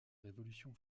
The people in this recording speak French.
révolution